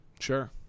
Sure